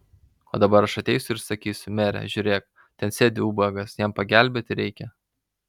o dabar aš ateisiu ir sakysiu mere žiūrėk ten sėdi ubagas jam pagelbėti reikia